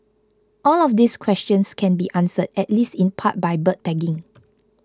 all of these questions can be answered at least in part by bird tagging